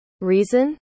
reason